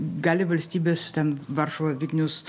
gali valstybės ten varšuva vilnius